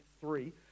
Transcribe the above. three